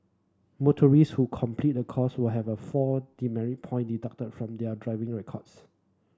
motorist who complete the course will have a four point deducted from their driving records